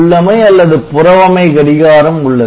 உள்ளமை அல்லது புறவமை கடிகாரம் உள்ளது